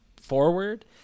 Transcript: forward